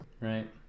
right